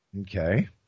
Okay